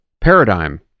paradigm